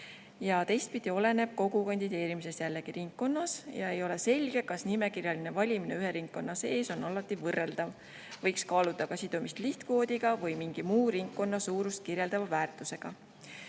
Teistpidi oleneb kogu kandideerimine jällegi ringkonnast ja ei ole selge, kas nimekirjaline valimine ühe ringkonna sees on alati võrreldav. Võiks kaaluda ka sidumist lihtkvoodiga või mingi muu ringkonna suurust kirjeldava väärtusega.